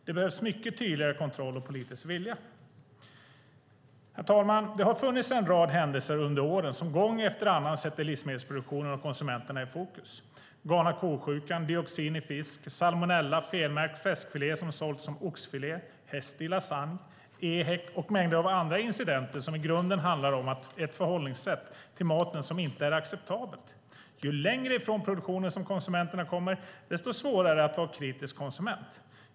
Det behövs mycket tydligare kontroll och politisk vilja. Herr talman! Det har funnits en rad händelser under åren som gång efter annan sätter livsmedelsproduktionen och konsumenterna i fokus: galna ko-sjukan, dioxin i fisk, salmonella, felmärkt fläskfilé som sålts som oxfilé, häst i lasagne, EHEC och mängder av andra incidenter som i grunden handlar om ett förhållningssätt till maten som inte är acceptabelt. Ju längre från produktionen som konsumenterna kommer, desto svårare är det att vara kritisk konsument.